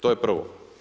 To je prvo.